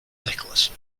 necklace